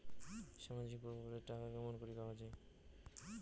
সামাজিক প্রকল্পের টাকা কেমন করি পাওয়া যায়?